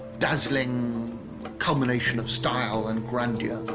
dazzling combination of style and grandeur